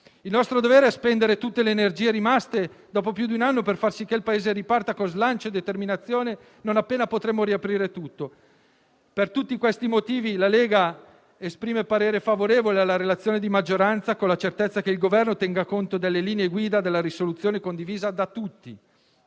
Il nostro dovere è spendere tutte le energie rimaste, dopo più di un anno, per far sì che il Paese riparta con slancio e determinazione, non appena potremo riaprire tutto. Per tutti questi motivi, la Lega esprimerà un voto favorevole sulla proposta di risoluzione della maggioranza, con la certezza che il Governo terrà conto delle linee guida condivise da tutti.